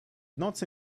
nocy